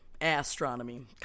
Astronomy